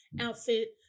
outfit